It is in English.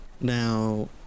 Now